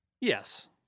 Yes